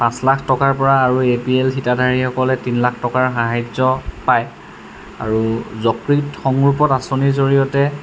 পাঁচ লাখ টকাৰপৰা আৰু এ পি এল হিতাধাৰীসকলে তিন লাখ টকাৰ সাহাৰ্য পায় আৰু জকৃত সংৰূপত আঁচনিৰ জৰিয়তে